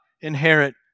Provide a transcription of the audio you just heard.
inherit